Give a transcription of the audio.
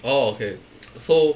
orh okay so